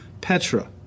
Petra